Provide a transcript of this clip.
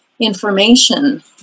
information